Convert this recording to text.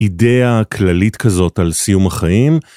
אידאה כללית כזאת על סיום החיים.